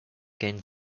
gained